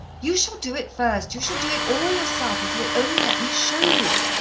you shall do it first you shall do it all yourself, if you'll only let me show you,